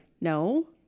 No